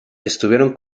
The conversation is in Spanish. estuvieron